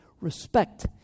respect